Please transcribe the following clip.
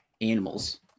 animals